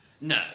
No